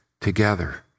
together